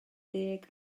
ddeg